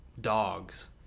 dogs